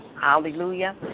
Hallelujah